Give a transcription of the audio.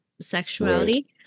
sexuality